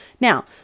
Now